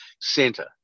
center